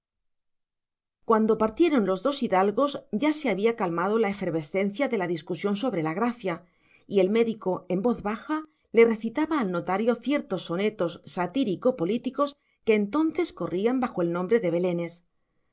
cuando partieron los dos hidalgos ya se había calmado la efervescencia de la discusión sobre la gracia y el médico en voz baja le recitaba al notario ciertos sonetos satírico políticos que entonces corrían bajo el nombre de belenes